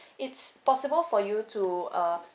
it's possible for you to uh